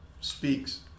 speaks